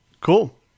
Cool